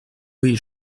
oui